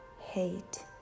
hate